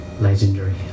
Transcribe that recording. legendary